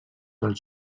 dels